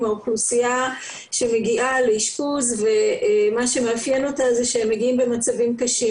האוכלוסייה שמגיעה לאשפוז ומה שמאפיין אותה זה שהם מגיעים במצבים קשים.